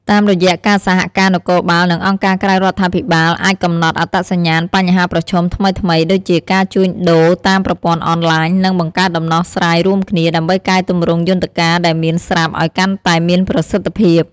តាមរយៈការសហការ នគរបាល និងអង្គការក្រៅរដ្ឋាភិបាលអាចកំណត់អត្តសញ្ញាណបញ្ហាប្រឈមថ្មីៗដូចជាការជួញដូរតាមប្រព័ន្ធអនឡាញ និងបង្កើតដំណោះស្រាយរួមគ្នា ដើម្បីកែទម្រង់យន្តការដែលមានស្រាប់ឲ្យកាន់តែមានប្រសិទ្ធភាព។